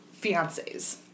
fiancés